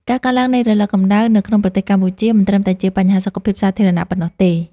ការកើនឡើងនៃរលកកម្ដៅនៅក្នុងប្រទេសកម្ពុជា មិនត្រឹមតែជាបញ្ហាសុខភាពសាធារណៈប៉ុណ្ណោះទេ។